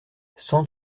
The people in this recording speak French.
cent